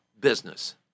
business